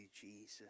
Jesus